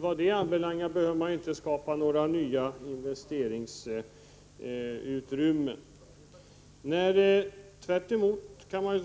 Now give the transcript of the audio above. Vad det anbelangar behöver man alltså inte skapa några nya investeringsutrymmen. Vidare kan